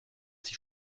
sie